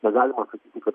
negalima sakyti kad